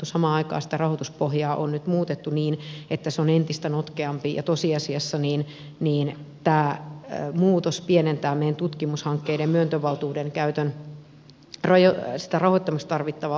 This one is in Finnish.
samaan aikaan sitä rahoituspohjaa on nyt muutettu niin että se on entistä notkeampi ja tosiasiassa tämä muutos pienentää meidän tutkimushankkeiden myöntövaltuuden käytön rahoittamisessa tarvittavaa uutta määrärahaa